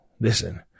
listen